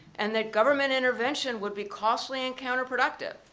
and that government intervention would be costly and counter productive.